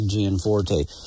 Gianforte